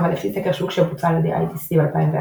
אבל לפי סקר שוק שבוצע על ידי IDC ב־2004,